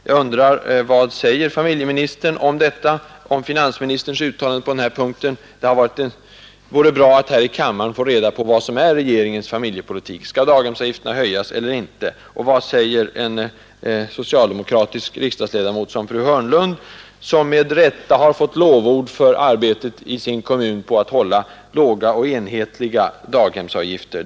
Jag undrar: Vad säger familjeministern om detta och om finansministerns uttalande på den här punkten? Det vore bra att här i kammaren få reda på vad som är regeringens familjepolitik. Skall daghemsavgifterna höjas eller inte? Och vad säger en sociademokratisk riksdagsledamot som fru Hörnlun , som med rätta har fått lovord för arbetet i sin kommun på att hålla låga och enhetliga daghemsavgifter?